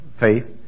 faith